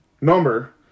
number